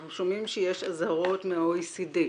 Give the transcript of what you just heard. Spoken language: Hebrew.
אנחנו שומעים שיש אזהרות מה-OECD.